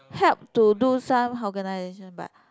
help to do some organization but